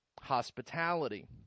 hospitality